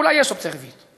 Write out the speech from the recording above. אולי יש אופציה רביעית,